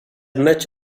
much